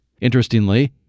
Interestingly